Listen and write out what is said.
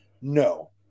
No